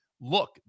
look